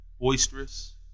boisterous